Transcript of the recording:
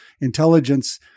intelligence